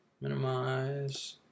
Minimize